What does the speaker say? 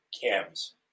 cams